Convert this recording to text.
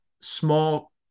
small